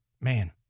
man